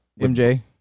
MJ